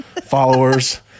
followers